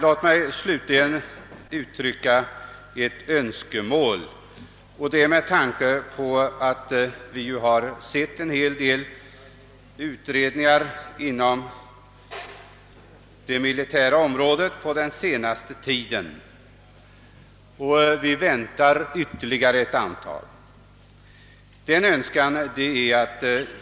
Låt mig slutligen uttrycka ett önskemål med tanke på att vi har sett en hel del utredningar inom det militära området på den senaste tiden och att vi väntar ytterligare ett antal.